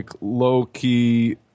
low-key